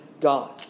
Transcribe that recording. God